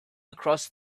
across